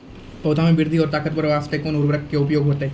पौधा मे बृद्धि और ताकतवर बास्ते कोन उर्वरक के उपयोग होतै?